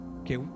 okay